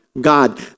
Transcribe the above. God